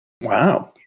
Wow